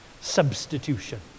substitution